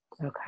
Okay